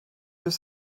deux